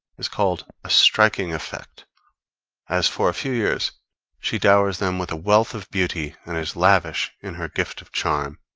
is called a striking effect as for a few years she dowers them with a wealth of beauty and is lavish in her gift of charm,